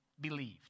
believed